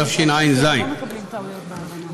התשע"ז 2017,